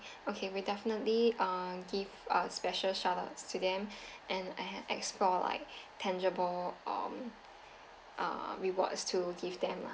okay we'll definitely err give uh special shout outs to them and I have explore like tangible um err rewards to give them lah